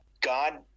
God